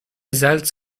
salz